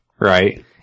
right